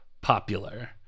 popular